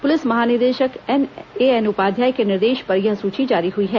police महानिदेशक an Upadhyay के निर्देश पर यह सूची जारी हुई है